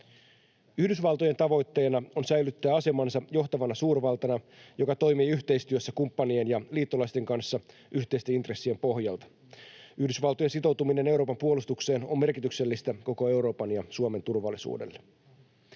Yhdysvaltojen tavoitteena on säilyttää asemansa johtavana suurvaltana, joka toimii yhteistyössä kumppanien ja liittolaisten kanssa yhteisten intressien pohjalta. Yhdysvaltojen sitoutuminen Euroopan puolustukseen on merkityksellistä koko Euroopan ja Suomen turvallisuudelle.